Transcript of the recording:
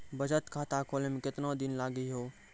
बचत खाता खोले मे केतना दिन लागि हो?